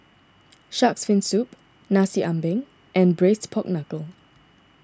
Shark's Fin Soup Nasi Ambeng and Braised Pork Knuckle